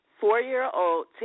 four-year-old